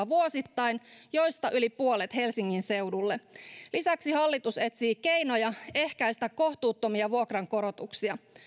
vuosittain joista yli puolet helsingin seudulle lisäksi hallitus etsii keinoja ehkäistä kohtuuttomia vuokrankorotuksia